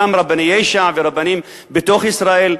גם רבני יש"ע וגם רבנים בתוך ישראל,